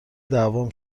دعوام